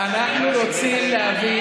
אנחנו רוצים להביא,